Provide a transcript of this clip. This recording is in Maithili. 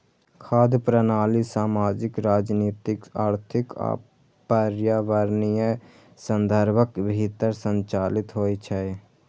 खाद्य प्रणाली सामाजिक, राजनीतिक, आर्थिक आ पर्यावरणीय संदर्भक भीतर संचालित होइ छै